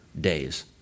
days